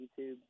YouTube